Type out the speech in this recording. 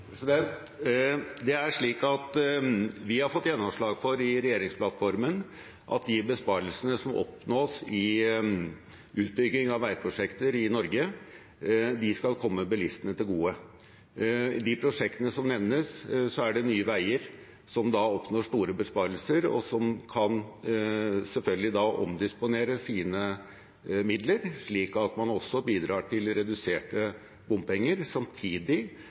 Det er slik at vi i regjeringsplattformen har fått gjennomslag for at de besparelsene som oppnås i utbygging av veiprosjekter i Norge, skal komme bilistene til gode. I de prosjektene som nevnes, er det Nye Veier som oppnår store besparelser, og som da selvfølgelig kan omdisponere sine midler, slik at man også bidrar til reduserte bompenger samtidig